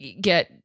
get